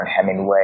Hemingway